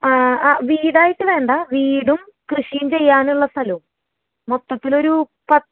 വീടായിട്ട് വേണ്ട വീടും കൃഷീം ചെയ്യാനുള്ള സ്ഥലോം മൊത്തത്തിലൊരു പത്ത്